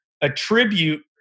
attribute